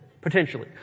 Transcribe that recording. Potentially